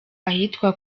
ahitwa